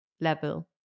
level